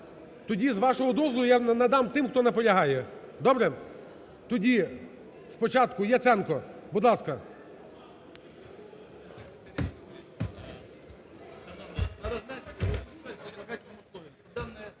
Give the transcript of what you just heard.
Тоді, з вашого дозволу, я надам тим, хто наполягає, добре? Тоді спочатку Яценко, будь ласка.